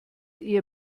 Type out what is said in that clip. eher